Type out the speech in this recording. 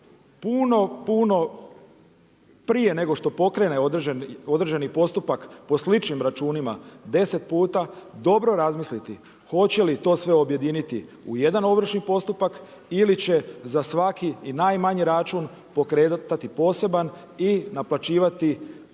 puno, puno prije nego što pokrene određeni postupak po sličnim ručunima 10 puta dobro razmisliti hoće li to sve objediniti u jedan ovršni postupak ili će za svaki i najmanji račun pokretati poseban i naplaćivati